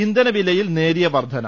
ഇന്ധനവിലയിൽ നേരിയ വർധന